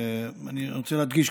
אני רוצה להדגיש,